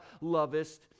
lovest